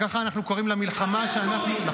ככה אנחנו קוראים למלחמה --- אתם קוראים.